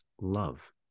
love